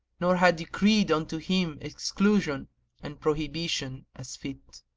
nor had decreed unto him exclusion and prohibition as fit.